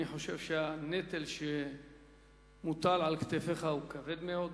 אני חושב שהנטל שמוטל על כתפיך כבד מאוד.